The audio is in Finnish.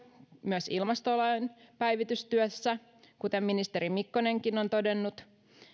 myös ilmastolain päivitystyössä kuten ministeri mikkonenkin on todennut